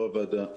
יו"ר הוועדה,